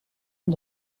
aan